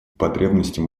потребностей